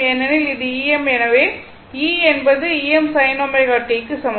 ஏனெனில் இது Em எனவே e என்பது Em sin ω t க்கு சமம்